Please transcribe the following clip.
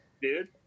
dude